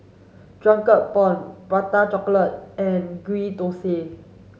Drunken prawn Prata chocolate and ghee Thosai